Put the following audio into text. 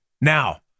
Now